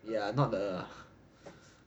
ya not the